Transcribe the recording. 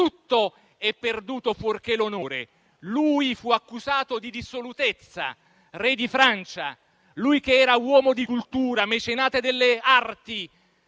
tutto è perduto, fuorché l'onore. Egli fu accusato di dissolutezza. Re di Francia, uomo di cultura, mecenate delle arti,